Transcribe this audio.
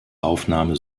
aufnahme